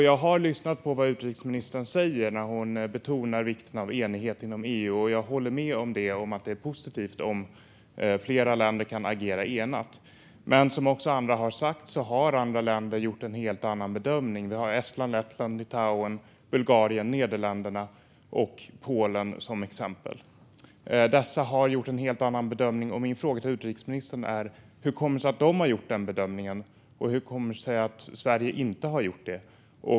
Jag har lyssnat på vad utrikesministern säger när hon betonar vikten av enighet inom EU, och jag håller med om att det är positivt om flera länder kan agera enat. Men som andra har sagt har andra länder gjort en helt annan bedömning. Vi har Estland, Lettland, Litauen, Bulgarien, Nederländerna och Polen som exempel. Dessa har gjort en helt annan bedömning. Min fråga till utrikesministern är: Hur kommer det sig att de har gjort den bedömningen? Och hur kommer det sig att Sverige inte har gjort det?